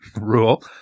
rule